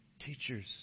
Teachers